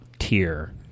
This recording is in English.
Tier